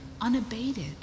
unabated